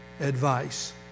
advice